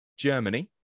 germany